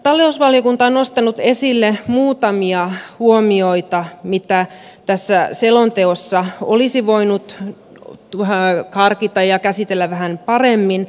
talousvaliokunta on nostanut esille muutamia huomioita siitä mitä tässä selonteossa olisi voinut harkita ja käsitellä vähän paremmin